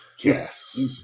Yes